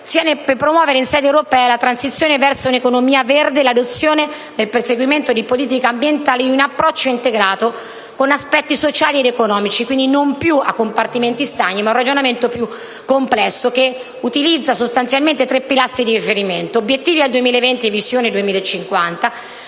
per promuovere in sede europea la transizione verso un'economia verde e l'adozione, nel perseguimento di politiche ambientali, di un approccio integrato con aspetti sociali ed economici, quindi non più a compartimenti stagni ma secondo un ragionamento più complesso che utilizza sostanzialmente tre pilastri di riferimento (obiettivi al 2020 emissioni al 2050,